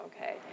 Okay